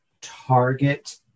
target